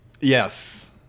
Yes